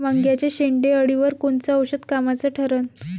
वांग्याच्या शेंडेअळीवर कोनचं औषध कामाचं ठरन?